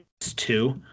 two